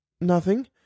Nothing